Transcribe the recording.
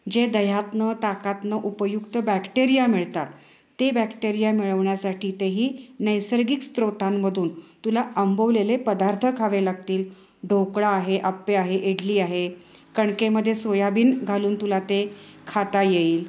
जे दह्यातून ताकातून उपयुक्त बॅक्टेरिया मिळतात ते बॅक्टेरिया मिळवण्यासाठी तेही नैसर्गिक स्त्रोतांमधून तुला आंबवलेले पदार्थ खावे लागतील ढोकळा आहे आप्पे आहे इडली आहे कणकेमध्ये सोयाबीन घालून तुला ते खाता येईल